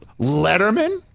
letterman